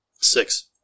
Six